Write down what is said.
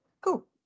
cool